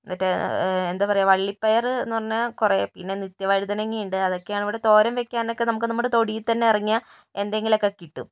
മറ്റേ എന്താ പറയുക വള്ളിപ്പയർ എന്നുപറഞ്ഞാൽ കുറേ പിന്നെ നിത്യ വഴുതനങ്ങ ഉണ്ട് അതൊക്കെയാണ് ഇവിടെ തോരൻ വയ്ക്കാൻ ഒക്കെ നമുക്ക് നമ്മുടെ തൊടിയിൽത്തന്നെ ഇറങ്ങിയാൽ എന്തെങ്കിലുമൊക്കെ കിട്ടും